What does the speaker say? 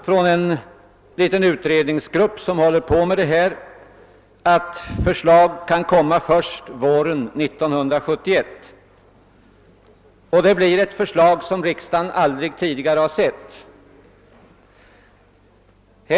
Från en liten utredningsgrupp, som arbetar med detta ärende, säger man nu att ett förslag kan komma först våren 1971. Det blir ett förslag som riksdagen aldrig tidigare har sett.